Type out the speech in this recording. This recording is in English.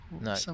No